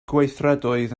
gweithredoedd